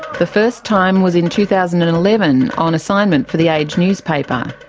the first time was in two thousand and eleven, on assignment for the age newspaper.